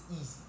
easy